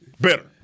better